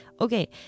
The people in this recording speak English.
okay